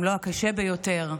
אם לא הקשה ביותר,